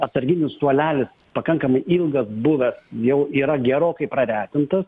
atsarginių suolelis pakankamai ilgas buvęs jau yra gerokai praretintas